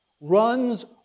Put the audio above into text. runs